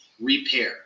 repair